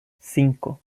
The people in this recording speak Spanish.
cinco